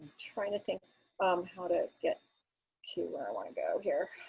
trying to think um how to get to where i want to go here.